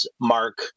Mark